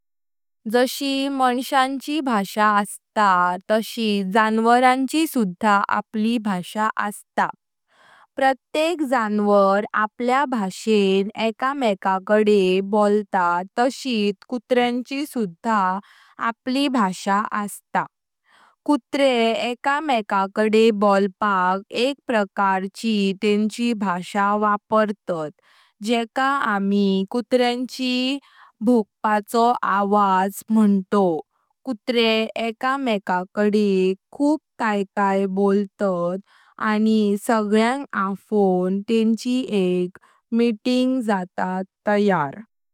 जशी मनश्यानी भाषा अस्तात, तशीत जनावरांचें सुधा आपली भाषा असता । प्रत्येक जानवर आपल्या भाषेन एका मेकाकडे बोलता । तशीत कुतरांची सुधा आपली भाषा अस । कुत्रे एका मेकाकडे बोलपाक एक प्रकार ची तेंची भाषा वापर्तात जेकां आमी कुतरांची भोकपाचो आवाज मंतोव । कुत्रे एका मेकांडे खूप काही बोलतात आनी सगळ्यांग आफों तेंची एक मीटिंग जाता तयार ।